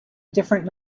different